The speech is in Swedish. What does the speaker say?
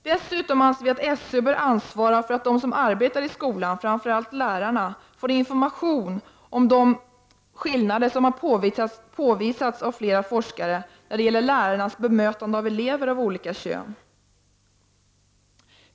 Dessutom bör SÖ ansvara för att de som arbetar i skolan, framför allt lärarna, får information om de skillnader som har påvisats av flera forskare när det gäller lärares bemötande av elever av olika kön.